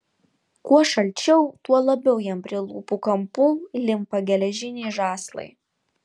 kuo šalčiau tuo labiau jam prie lūpų kampų limpa geležiniai žąslai